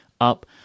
up